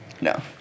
no